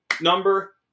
Number